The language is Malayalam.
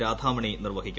രാധാമണി നിർവഹിക്കും